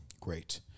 Great